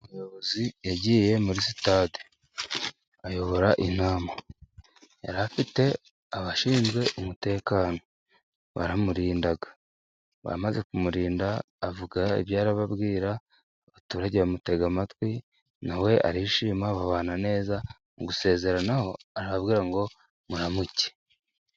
Umuyobozi yagiye muri sitade ayobora inama. Yari afite abashinzwe umutekano baramurinda, bamaze kumurinda avuga ibyo ari bubabwire, abaturage bamutega amatwi nawe arishima babana neza. Mu gusezeranaho arababwira ngo "muramuke".